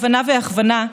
הבנה והכוונה,